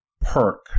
perk